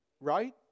Right